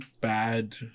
bad